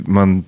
man